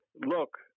look